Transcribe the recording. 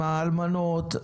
האלמנות,